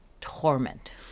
torment